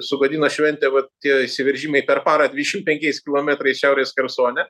sugadino šventę va tie išsiveržimai per parą dvišim penkiais kilometrais šiaurės chersone